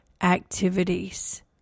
activities